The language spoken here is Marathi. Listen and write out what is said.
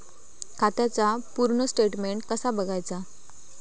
खात्याचा पूर्ण स्टेटमेट कसा बगायचा?